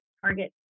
target